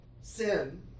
sin